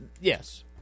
Yes